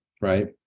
right